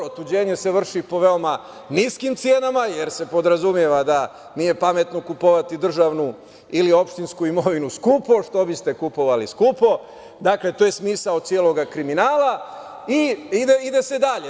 Otuđenje se vrši po veoma niskim cenama jer se podrazumeva da nije pametno kupovati državnu ili opštinsku imovinu skupo, što biste kupovali skupo, dakle, to je smisao celog kriminala i ide se dalje.